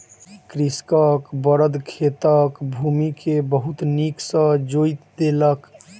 कृषकक बड़द खेतक भूमि के बहुत नीक सॅ जोईत देलक